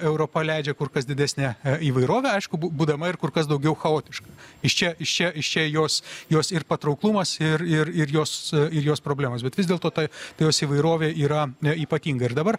europa leidžia kur kas didesnę įvairovę aišku būdama ir kur kas daugiau chaotiška iš čia iš čia iš čia jos jos ir patrauklumas ir ir ir jos ir jos problemos bet vis dėlto ta jos įvairovė yra ypatinga ir dabar